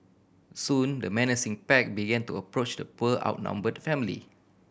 soon the menacing pack began to approach the poor outnumbered family